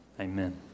Amen